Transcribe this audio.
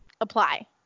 apply